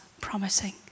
promising